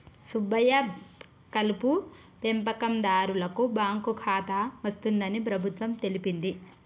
సుబ్బయ్య కలుపు పెంపకందారులకు బాంకు ఖాతా వస్తుందని ప్రభుత్వం తెలిపింది